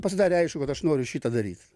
pasidarė aišku kad aš noriu šitą daryt